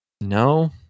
no